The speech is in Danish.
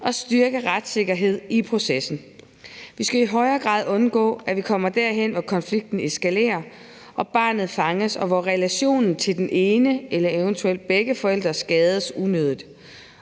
og styrke retssikkerheden i processen. Vi skal i højere grad undgå, at vi kommer derhen, hvor konflikten eskalerer, og hvor barnet fanges og relationen til den ene eller eventuelt begge forældre skades unødigt.